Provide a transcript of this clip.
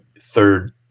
third